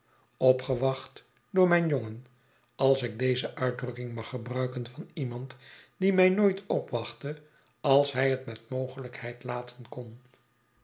opgewacht door mijn jongen als ik deze uitdrukking mag gebruiken van iemand die mij nooit opwachtte als hij het met mogelijkheid laten kon